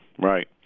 Right